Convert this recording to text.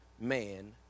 man